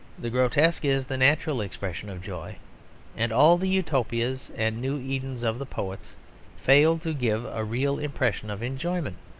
the grotesque is the natural expression of joy and all the utopias and new edens of the poets fail to give a real impression of enjoyment,